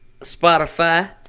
Spotify